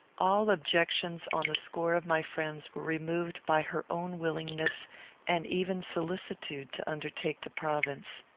all objections on the score of my friends were removed by her own willingness and even solicitude to undertake the province.